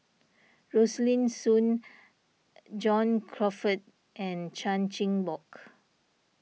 Rosaline Soon John Crawfurd and Chan Chin Bock